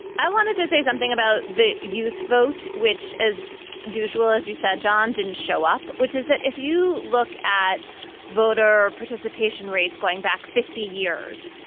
i wanted to say something about the youth vote, which as usual, as you said, john, didn't show up, which is that if you look at voter participation rates going back fifty years,